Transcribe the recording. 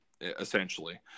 essentially